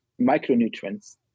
micronutrients